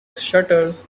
shutters